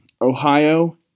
Ohio